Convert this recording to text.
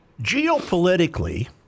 Geopolitically